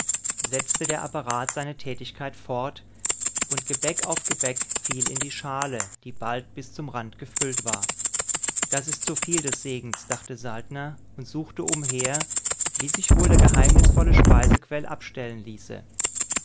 setzte der apparat seine tätigkeit fort und gebäck auf gebäck fiel in die schale die bald bis zum rand gefüllt war das ist zuviel des segens dachte saltner und suchte umher wie sich wohl der geheimnisvolle speisequell abstellen ließe